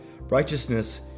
Righteousness